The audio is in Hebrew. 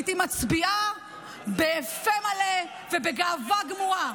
הייתי מצביעה בפה מלא ובגאווה גמורה.